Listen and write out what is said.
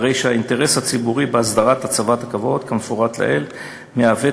הרי שהאינטרס הציבורי בהסדרת הצבת הכוורות כמפורט לעיל מהווה